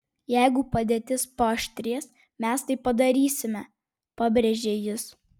jeigu padėtis paaštrės mes tai padarysime pabrėžė jis